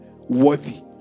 worthy